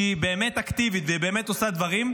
שהיא באמת אקטיבית ובאמת עושה דברים,